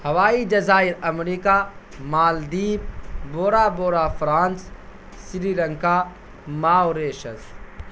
ہوائی جزائر امریکہ Maldives Bora Bora France Sri Lanka Mauritius